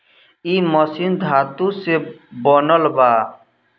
इ मशीन धातु से बनल बा